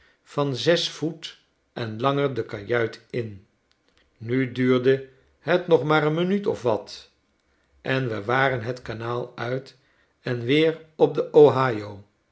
van zes voet en langer de kajuit in nu duurde het nog maar een minuutofwat en we waren het kanaal uit en weer op den